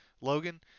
Logan